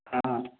ہاں